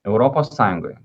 europos sąjungoj